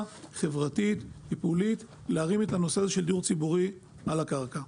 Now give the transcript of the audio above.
חברתית טיפולית להרים את הנושא של הדיור הציבורי על הקרקע.